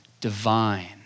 divine